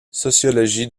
sociologie